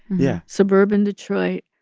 yeah suburban detroit.